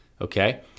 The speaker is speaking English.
Okay